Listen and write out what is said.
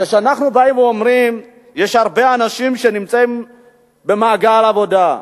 כשאנחנו באים ואומרים שיש הרבה אנשים שנמצאים במעגל עבודה,